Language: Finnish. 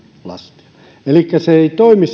lastia elikkä meno paluujärjestelmä ei toimi